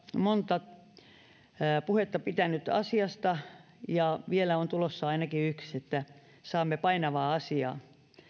monta puhetta pitänyt asiasta ja vielä on tulossa ainakin yksi eli saamme painavaa asiaa